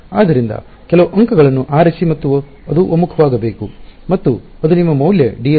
ಆದ್ದರಿಂದ ಕೆಲವು ಅಂಕಗಳನ್ನು ಆರಿಸಿ ಮತ್ತು ಅದು ಒಮ್ಮುಖವಾಗಬೇಕು ಮತ್ತು ಅದು ನಿಮ್ಮ ಮೌಲ್ಯ dl ಸರಿ